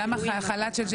למה חל"ת כן?